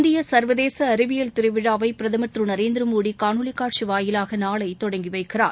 இந்திய சா்வதேச அறிவியல் திருவிழாவை பிரதமா் திரு நரேந்திரமோடி காணொலி காட்சி வாயிலாக நாளை தொடங்கி வைக்கிறார்